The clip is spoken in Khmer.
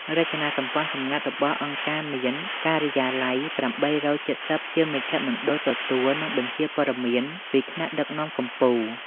រចនាសម្ព័ន្ធសម្ងាត់របស់អង្គការមាន «ការិយាល័យ ៨៧០» ជាមជ្ឈមណ្ឌលទទួល និងបញ្ជាព័ត៌មានពីថ្នាក់ដឹកនាំកំពូល។